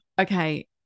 okay